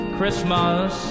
Christmas